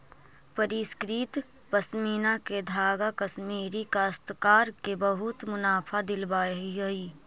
परिष्कृत पशमीना के धागा कश्मीरी काश्तकार के बहुत मुनाफा दिलावऽ हई